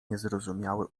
niezrozumiały